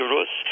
Rus